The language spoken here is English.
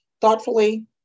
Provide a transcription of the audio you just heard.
Thoughtfully